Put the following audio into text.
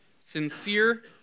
sincere